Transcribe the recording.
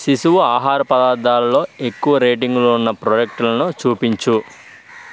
శిశువు ఆహార పదార్ధాల్లో ఎక్కువ రేటింగులున్న ప్రొడక్టులను చూపించు